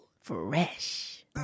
fresh